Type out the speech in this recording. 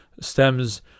stems